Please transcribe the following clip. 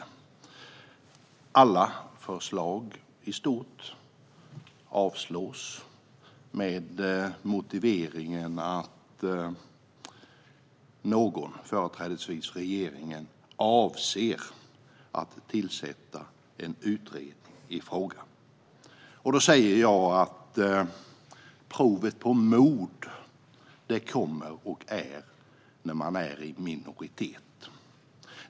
I stort sett alla förslag avslås, med motiveringen att någon, företrädesvis regeringen, avser att tillsätta en utredning i frågan. Jag menar att provet på mod kommer när man är i minoritet.